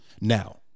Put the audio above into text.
Now